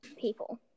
people